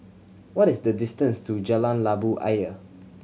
what is the distance to Jalan Labu Ayer